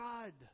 God